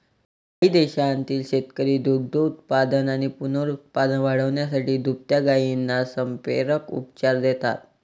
काही देशांतील शेतकरी दुग्धोत्पादन आणि पुनरुत्पादन वाढवण्यासाठी दुभत्या गायींना संप्रेरक उपचार देतात